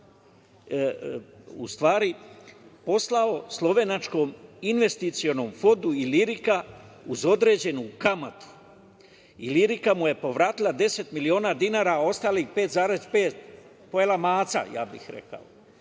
u stvari poslao slovenačkom Investicionom fondu „Ilirika“ uz određenu kamatu. „Ilirika“ mu je povratila 10 miliona dinara, a ostalih 5,15 pojela je maca, ja bih rekao.